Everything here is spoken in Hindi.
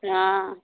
हाँ